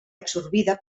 absorbida